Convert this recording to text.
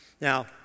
Now